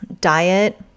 diet